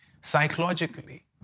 psychologically